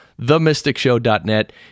themysticshow.net